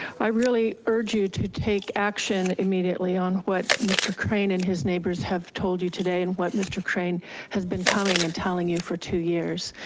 i really urge you to take action immediately on what mr. crane and his neighbors have told you today and what mr. crane has been coming and telling you for two years.